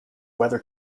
weather